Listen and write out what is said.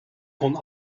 kon